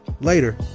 later